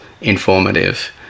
informative